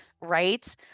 right